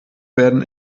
werden